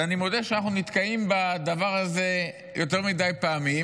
ואני מודה שאנחנו נתקעים בדבר הזה יותר מדי פעמים,